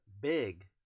big